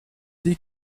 dit